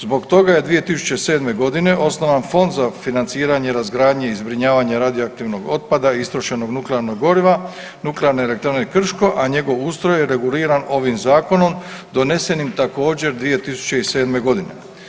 Zbog toga je 2007.g. osnovan Fond za financiranje razgradnje i zbrinjavanja radioaktivnog otpada istrošenog nuklearnog goriva Nuklearne elektrane Krško, a njegov ustroj je reguliran ovim zakonom donesenim također 2007.g.